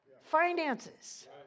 finances